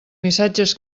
missatges